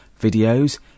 videos